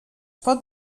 pot